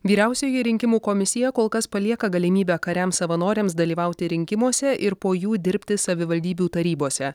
vyriausioji rinkimų komisija kol kas palieka galimybę kariams savanoriams dalyvauti rinkimuose ir po jų dirbti savivaldybių tarybose